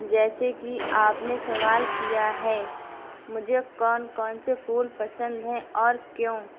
جیسے کہ آپ نے سوال کیا ہے مجھے کون کون سے پھول پسند ہیں اور کیوں